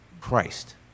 Christ